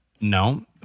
No